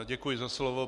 Děkuji za slovo.